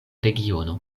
regiono